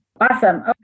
Awesome